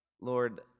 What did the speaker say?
Lord